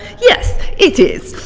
yes, it is.